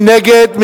מי נגד?